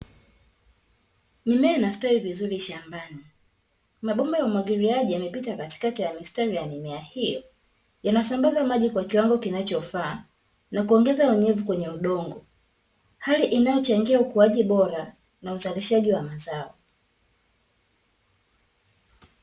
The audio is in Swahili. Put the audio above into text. Mimea inastawi vizuri shambani. Mabomba ya umwagiliaji yamepita katikati ya mistari ya mimea hiyo, yanasambaza maji kwa kiwango kinachofaa na kuongeza unyevu kwenye udongo, hali inayochangia ukuaji bora na uzalishaji wa mazao.